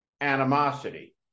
animosity